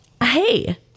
Hey